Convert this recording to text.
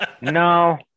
No